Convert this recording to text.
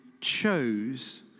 chose